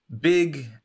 big